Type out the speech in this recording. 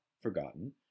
forgotten